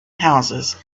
houses